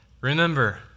Remember